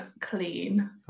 clean